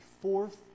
fourth